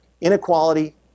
inequality